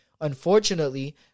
Unfortunately